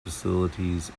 facilities